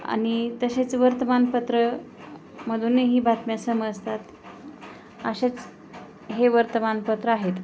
आणि तसेच वर्तमानपत्र मधूनही बातम्या समजतात असेच हे वर्तमानपत्र आहेत